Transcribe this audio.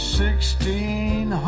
sixteen